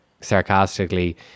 sarcastically